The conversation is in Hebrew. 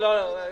לא, לא.